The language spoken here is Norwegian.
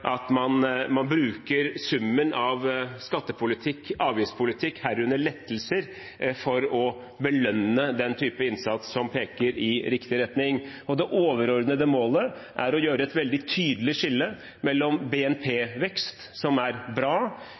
at man bruker summen av skattepolitikk og avgiftspolitikk, herunder lettelser, for å belønne den type innsats som peker i riktig retning. Det overordnede målet er å lage et veldig tydelig skille mellom BNP-vekst, som er bra,